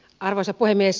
arvoisa puhemies